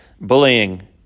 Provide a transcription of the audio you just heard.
bullying